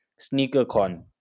SneakerCon